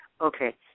Okay